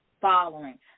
following